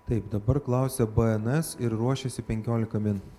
taip dabar klausia bns ir ruošiasi penkiolika min